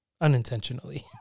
unintentionally